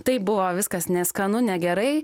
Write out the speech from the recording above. taip buvo viskas neskanu negerai